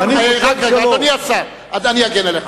רק רגע, אדוני השר, אני אגן עליך.